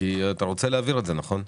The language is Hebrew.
כי אתה רוצה להעביר את זה, נכון?